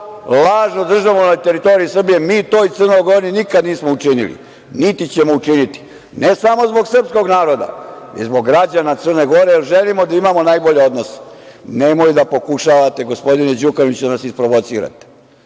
lažnu državu na teritoriju Srbije, mi toj Crnoj Gori nikada nismo učinili, niti ćemo učiniti, ne samo zbog srpskog naroda, već i zbog građana Crne Gore jer želimo da imamo najbolje odnose. Nemoj da pokušavate, gospodine Đukanoviću, da nas isprovocirate.